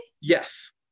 Yes